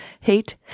hate